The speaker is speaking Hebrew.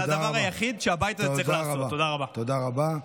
תודה רבה.